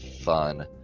fun